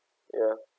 ya